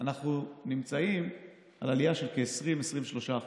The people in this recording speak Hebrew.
אנחנו נמצאים על עלייה של כ-23%-20%.